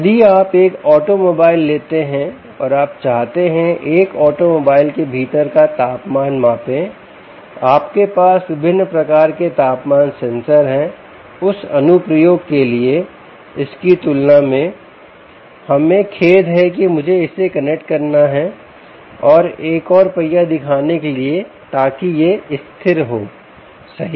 यदि आप एक ऑटोमोबाइल लेते हैं और आप चाहते हैं एक ऑटोमोबाइल के भीतर का तापमान मापें आपके पास विभिन्न प्रकार के तापमान सेंसर हैं उस अनुप्रयोग के लिए इसकी तुलना में हमें खेद है कि मुझे इसे कनेक्ट करना है और एक और पहिया दिखाने के लिए ताकि यह स्थिर हो सही